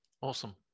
awesome